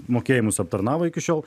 mokėjimus aptarnavo iki šiol